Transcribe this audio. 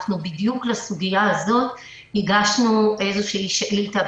בדיוק לסוגיה הזאת הגשנו איזושהי שאילתה,